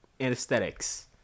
anesthetics